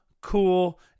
cool